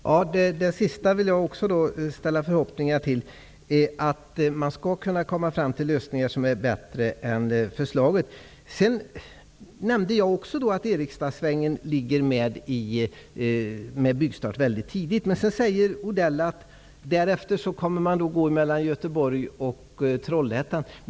Herr talman! Det sistnämnda vill jag ställa förhoppningar till. Man skall kunna komma fram till bättre lösningar än enligt förslaget. Jag nämnde också att det är en tidig byggstart för Göteborg--Trollhättan kommer därefter.